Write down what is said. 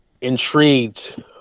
intrigued